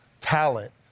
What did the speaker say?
talent